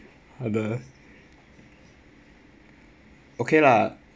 other okay lah